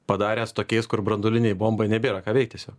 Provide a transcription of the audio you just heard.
padaręs tokiais kur branduolinei bombai nebėra ką veikt tiesiog